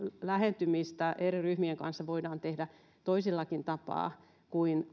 lähentymistä eri ryhmien kanssa voidaan tehdä toisellakin tapaa kuin